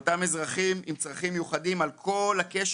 אלו אותם אזרחים עם צרכים מיוחדים על כל הקשת.